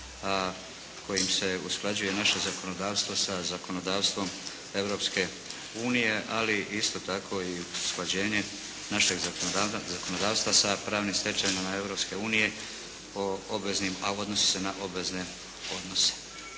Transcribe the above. kojim se usklađuje naše zakonodavstvo sa zakonodavstvom Europske unije, ali isto tako i usklađenje našeg zakonodavstva sa pravnim stečevinama Europske unije a odnosi se na obvezne odnose.